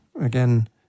again